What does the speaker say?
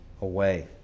away